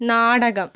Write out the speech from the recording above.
നാടകം